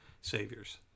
saviors